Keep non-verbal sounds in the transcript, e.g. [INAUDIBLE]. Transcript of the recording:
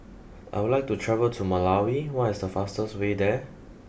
[NOISE] I would like to travel to Malawi what is the fastest way there